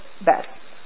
best